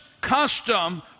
custom